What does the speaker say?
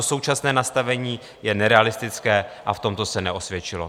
Současné nastavení je nerealistické a v tomto se neosvědčilo.